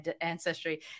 ancestry